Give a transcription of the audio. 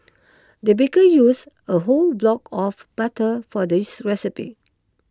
the baker used a whole block of butter for this recipe